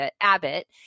Abbott